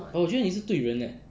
but 我觉得你是对人 eh